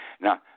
Now